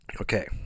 okay